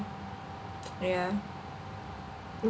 yeah